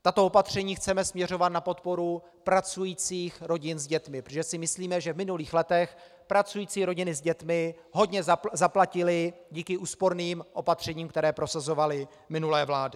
Tato opatření chceme směřovat na podporu pracujících rodin s dětmi, protože si myslíme, že v minulých letech pracující rodiny s dětmi hodně zaplatily kvůli úsporným opatřením, která prosazovaly minulé vlády.